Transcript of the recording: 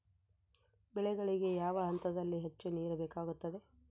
ಬೆಳೆಗಳಿಗೆ ಯಾವ ಹಂತದಲ್ಲಿ ಹೆಚ್ಚು ನೇರು ಬೇಕಾಗುತ್ತದೆ?